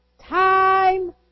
Time